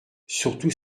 surtout